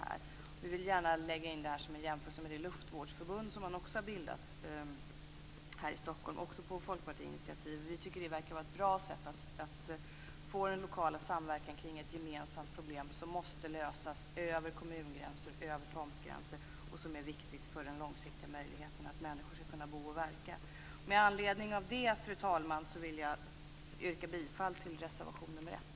Jag vill gärna lägga in här en jämförelse med det luftvårdsförbund som bildats i Stockholm, också på folkpartiinitiativ. Vi tycker att det verkar vara ett bra sätt att få den lokala samverkan kring ett gemensamt problem som måste lösas över kommungränser och över tomtgränser och som är viktigt för den långsiktiga möjligheten för människor att bo och verka i skärgården. Med anledning härav, fru talman, yrkar jag bifall till reservation 1.